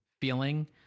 feeling